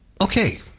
Okay